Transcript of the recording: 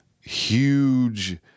huge